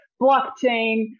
blockchain